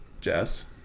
Jess